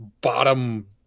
bottom